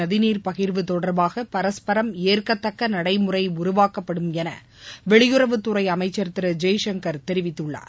நதிநீர் பகிர்வு தொடர்பாக பரஸ்பரம் ஏற்கத்தக்க நடைமுறை உருவாக்கப்படும் என வெளியுறவுத்துறை அமைச்சர் திரு ஜெய்சங்கர் தெரிவித்துள்ளார்